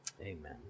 Amen